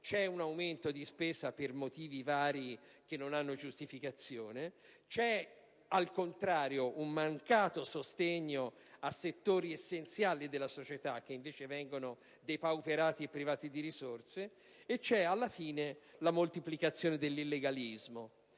c'è un aumento di spesa per motivi vari che non ha giustificazione; c'è, al contrario, un mancato sostegno a settori essenziali della società, che invece vengono depauperati e privati di risorse; c'è, alla fine, la moltiplicazione dell'illegalismo.